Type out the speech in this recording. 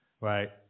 right